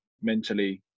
mentally